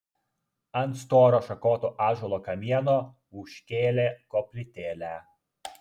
ant storo šakoto ąžuolo kamieno užkėlė koplytėlę